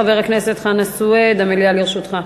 חבר הכנסת חנא סוייד, המליאה לרשותך.